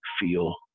feel